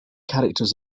characters